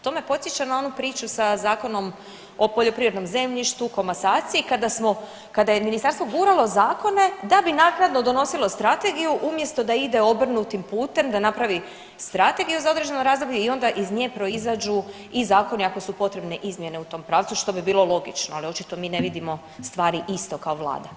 To me podsjeća na onu priču sa Zakonom o poljoprivrednom zemljištu i komasaciji kada smo, kada je ministarstvo guralo zakone da bi naknadno donosilo strategiju umjesto da ide obrnutim putem da napravi strategiju za određeno razdoblje i onda iz nje proizađu i zakonu ako su potrebne izmjene u tom pravcu što bi bilo logično, ali očito mi ne vidimo stvari isto kao vlada.